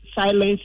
silence